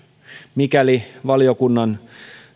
mikäli valiokunnan